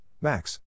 Max